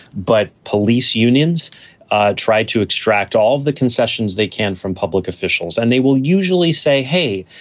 but police unions try to extract all of the concessions they can from public officials and they will usually say, hey,